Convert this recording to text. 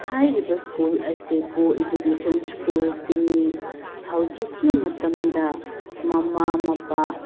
ꯍꯥꯏꯔꯤꯕ ꯁ꯭ꯀꯨꯜ ꯑꯁꯤ ꯀꯣ ꯏꯗꯨꯀꯦꯁꯟ ꯁ꯭ꯀꯨꯜꯁꯤꯡꯅꯤ ꯍꯧꯖꯤꯛꯀꯤ ꯃꯇꯝꯗ ꯃꯃꯥ ꯃꯄꯥ